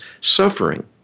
suffering